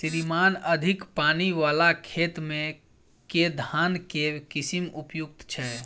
श्रीमान अधिक पानि वला खेत मे केँ धान केँ किसिम उपयुक्त छैय?